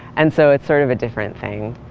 and so it's sort of a different thing.